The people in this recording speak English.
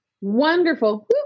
Wonderful